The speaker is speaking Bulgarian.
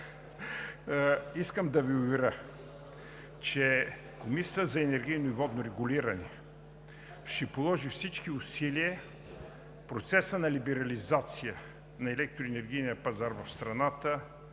искам да Ви уверя, че Комисията за енергийно и водно регулиране ще положи всички усилия процесът на либерализация на електроенергийния пазар в страната